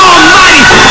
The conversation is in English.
Almighty